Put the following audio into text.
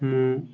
ହଁ